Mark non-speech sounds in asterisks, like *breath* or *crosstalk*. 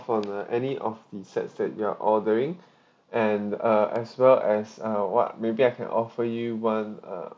from the any of the sets that you are ordering *breath* and uh as well as uh what maybe I can offer you one uh